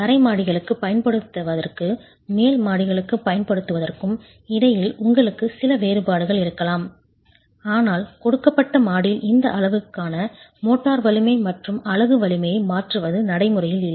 தரை மாடிகளுக்குப் பயன்படுத்தப்படுவதற்கும் மேல் மாடிகளுக்குப் பயன்படுத்துவதற்கும் இடையில் உங்களுக்கு சில வேறுபாடுகள் இருக்கலாம் ஆனால் கொடுக்கப்பட்ட மாடியில் இந்த அளவுருக்களை மோட்டார் வலிமை மற்றும் அலகு வலிமையை மாற்றுவது நடைமுறையில் இல்லை